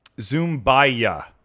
Zumbaya